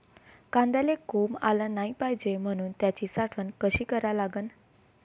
कांद्याले कोंब आलं नाई पायजे म्हनून त्याची साठवन कशी करा लागन?